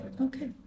Okay